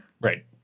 Right